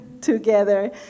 together